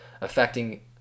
affecting